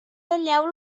talleu